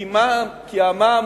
כי המע"מ